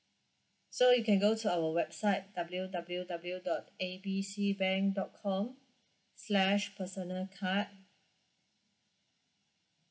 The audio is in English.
so you can go to our website W W W dot A B C bank dot com slash personal card